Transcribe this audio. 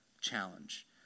challenge